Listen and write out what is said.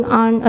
on